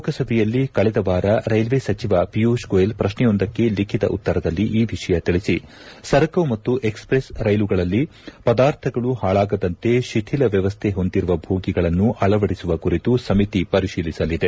ಲೋಕಸಭೆಯಲ್ಲಿ ಕಳೆದ ವಾರ ರೈಲ್ವೆ ಸಚಿವ ಪಿಯೂಷ್ ಗೋಯಲ್ ಪ್ರಶ್ನೆಯೊಂದಕ್ಕೆ ಲಿಖಿತ ಉತ್ತರದಲ್ಲಿ ಈ ವಿಷಯ ತಿಳಿಸಿ ಸರಕು ಮತ್ತು ಎಕ್ಸ್ಪ್ರೆಸ್ ರೈಲುಗಳಲ್ಲಿ ಪದಾರ್ಥಗಳು ಹಾಳಾಗದಂತೆ ಶಿಥಿಲ ವ್ಯವಸ್ಥೆ ಹೊಂದಿರುವ ಬೋಗಿಗಳನ್ನು ಅಳವಡಿಸುವ ಕುರಿತು ಸಮಿತಿ ಪರಿಶೀಲಿಸಲಿದೆ